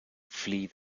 flee